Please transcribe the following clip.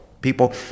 people